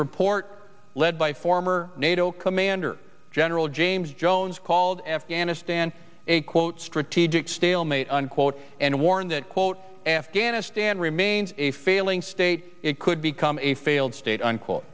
report led by former nato commander general james jones called afghanistan a quote strategic stalemate unquote and warned that quote afghanistan remains a failing state it could become a failed state unquote